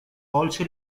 also